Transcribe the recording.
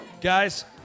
Guys